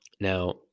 Now